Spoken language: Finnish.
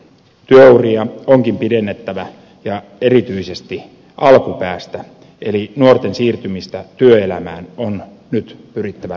työuria onkin pidennettävä ja erityisesti alkupäästä eli nuorten siirtymistä työelämään on nyt pyrittävä nopeuttamaan